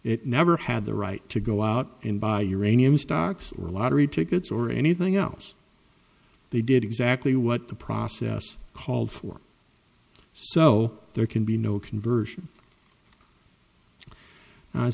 it never had the right to go out and buy uranium stocks or lottery tickets or anything else they did exactly what the process called for so there can be no conversion